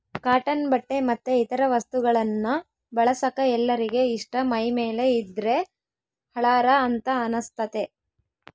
cotton ಬಟ್ಟೆ ಮತ್ತೆ ಇತರ ವಸ್ತುಗಳನ್ನ ಬಳಸಕ ಎಲ್ಲರಿಗೆ ಇಷ್ಟ ಮೈಮೇಲೆ ಇದ್ದ್ರೆ ಹಳಾರ ಅಂತ ಅನಸ್ತತೆ